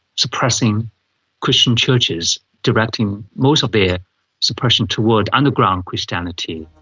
supressing christian churches, directing most of their suppression toward underground christianity.